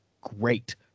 great